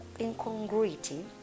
incongruity